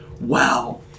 wow